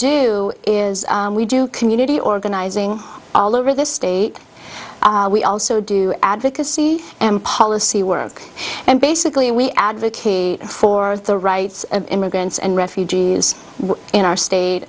do is we do community organizing all over this state we also do advocacy and policy work and basically we advocate for the rights of immigrants and refugees in our state